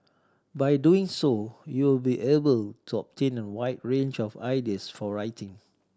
by doing so you will be able to obtain a wide range of ideas for writing